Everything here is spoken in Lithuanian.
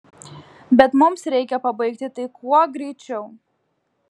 bet mums reikia pabaigti tai kuo greičiau